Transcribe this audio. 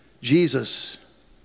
Jesus